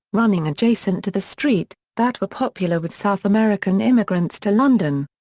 running adjacent to the street, that were popular with south american immigrants to london.